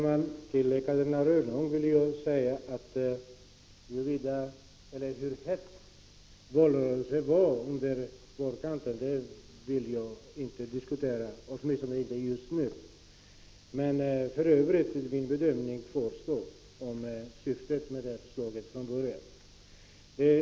Herr talman! Hur het valrörelsen var fram på vårkanten, Catarina Rönnung, vill jag inte diskutera, åtminstone inte just nu. Men för övrigt kvarstår min bedömning av vad som från början var syftet med förslaget.